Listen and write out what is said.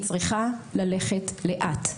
היא צריכה ללכת לאט,